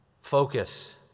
Focus